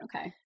Okay